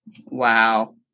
Wow